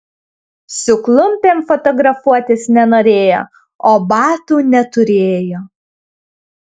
su klumpėm fotografuotis nenorėjo o batų neturėjo